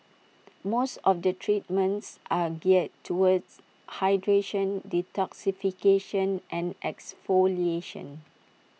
most of the treatments are geared towards hydration detoxification and exfoliation